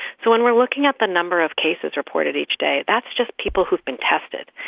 so when we're looking at the number of cases reported each day, that's just people who've been tested.